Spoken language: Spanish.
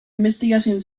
investigación